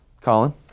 Colin